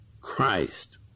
Christ